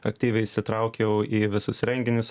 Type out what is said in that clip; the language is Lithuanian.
aktyviai įsitraukiau į visus renginius